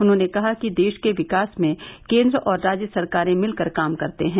उन्होंने कहा कि देश के विकास में केंद्र और राज्य सरकार मिलकर काम करते हैं